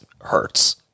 hurts